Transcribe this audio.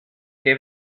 che